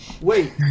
wait